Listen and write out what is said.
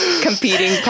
competing